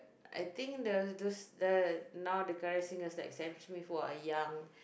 I think the the the now the current singers like Sam-Smith who are young